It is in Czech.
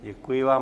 Děkuji vám.